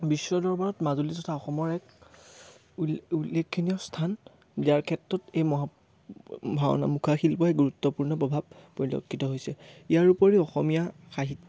বিশ্ব দৰবাৰত মাজুলী তথা অসমৰ এক উল্লে উল্লেখীয় স্থান দিয়াৰ ক্ষেত্ৰত এই মহা ভাওনা মুখাশিল্পই গুৰুত্বপূৰ্ণ প্ৰভাৱ পৰিলক্ষিত হৈছে ইয়াৰ উপৰিও অসমীয়া সাহিত্য